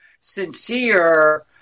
sincere